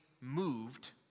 moved